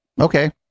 Okay